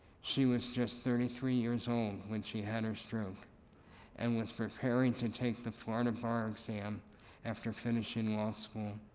she was just thirty three years old when she had her stroke and was preparing to take the florida bar exam after finishing law school.